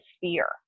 fear